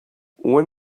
when